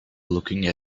looking